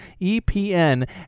EPN